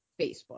facebook